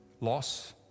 loss